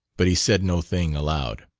but he said no thing aloud.